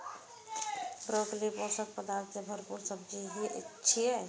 broccoli पोषक पदार्थ सं भरपूर सब्जी छियै